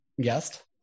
guest